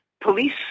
police